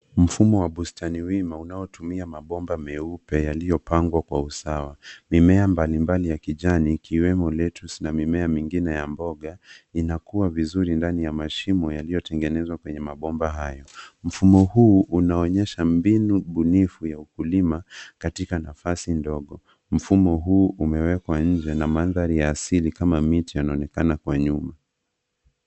Mfumo wa bustani wima unaotumia mabomba meupe yaliyopangwa kwa usawa. Mimea mbalimbali ya kijani ikiwemo lettuce na mimea mingine ya mboga inakuwa vizuri ndani ya mashimo yaliyotengenezwa kwenye mabomba hayo. Mfumo huu unaonyesha mbinu bunifu ya ukulima katika nafasi ndogo. Mfumo huu umewekwa nje na mandhari ya asili kama miti inaonekana kwa nyuma.